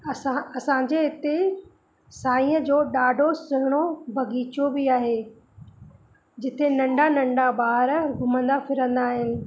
असां असांजे हिते साईअ जो ॾाढो सुहिणो बगीचो बि आहे जिते नंढा नंढा ॿार घुमंदा फिरंदा आहिनि